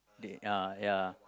they uh ya